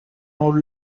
old